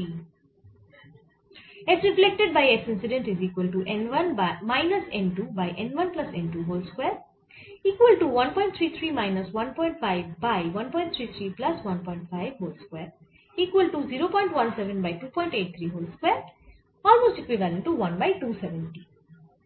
270